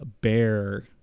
bear